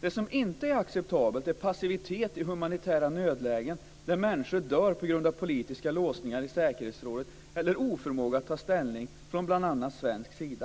Det som inte är acceptabelt är passivitet i humanitära nödlägen, där människor dör på grund av politiska låsningar i säkerhetsrådet eller oförmåga att ta ställning från bl.a. svensk sida.